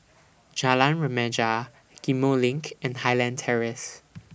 Jalan Remaja Ghim Moh LINK and Highland Terrace